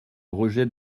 rejet